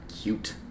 Cute